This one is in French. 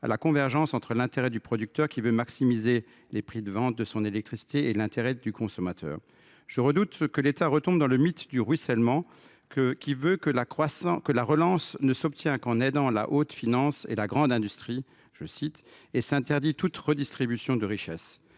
à la convergence entre l’intérêt du producteur, qui veut maximiser les prix de vente de son électricité, et l’intérêt du consommateur. Je redoute que l’État retombe dans le mythe du ruissellement, qui veut que la relance ne s’obtienne qu’en aidant la haute finance et la grande industrie, interdisant toute redistribution de richesses.